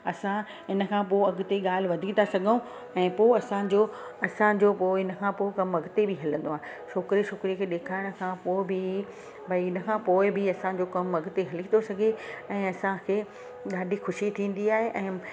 असां इन खां पोइ अॻिते ॻाल्हि वधी था सघूं ऐं पोइ असांजो असांजो पोइ इन खां पोइ कमु अॻिते बि हलंदो आहे छोकिरे छोकिरी खे ॾेखारण खां पोइ बि भई इन खां पोइ बि असांजो कमु अॻिते हली थो सघे ऐं असांखे ॾाढी ख़ुशी थींदी आहे ऐं